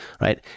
right